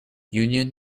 union